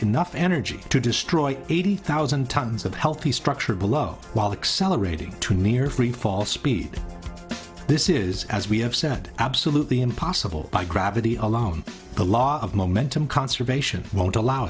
enough energy to destroy eighty thousand tons of healthy structure below while the accelerator to near free fall speed this is as we have said absolutely impossible by gravity alone the law of momentum conservation won't allow